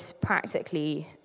practically